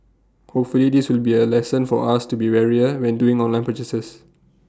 hopefully this will be A lesson for us to be warier when doing online purchases